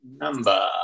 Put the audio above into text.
number